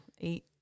eight